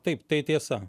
taip tai tiesa